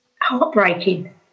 heartbreaking